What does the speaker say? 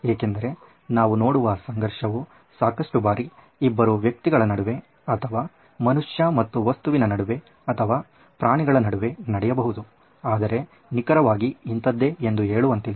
ಏಕೆಂದರೆ ನಾವು ನೋಡುವ ಸಂಘರ್ಷವು ಸಾಕಷ್ಟು ಬಾರಿ ಇಬ್ಬರು ವ್ಯಕ್ತಿಗಳ ನಡುವೆ ಇಬ್ಬರು ನಟರ ನಡುವೆ ಅಥವಾ ಮನುಷ್ಯ ಮತ್ತು ವಸ್ತುವಿನ ನಡುವೆ ಅಥವಾ ಪ್ರಾಣಿಗಳ ನಡುವೆ ನಡೆಯಬಹುದು ಆದರೇ ನಿಖರವಾಗಿ ಇಂತದ್ದೇ ಎಂದು ಹೇಳುವಂತಿಲ್ಲ